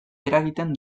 eragiten